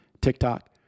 TikTok